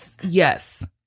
yes